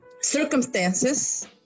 circumstances